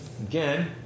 again